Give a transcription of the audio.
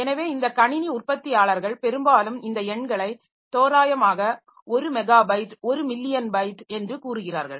எனவே இந்த கணினி உற்பத்தியாளர்கள் பெரும்பாலும் இந்த எண்களை தோராயமாக 1 மெகாபைட் 1 மில்லியன் பைட் என்று கூறுகிறார்கள்